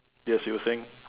yes you were saying